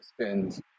spend